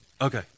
Okay